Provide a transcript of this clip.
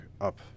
up